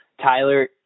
Tyler